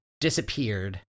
disappeared